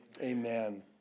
amen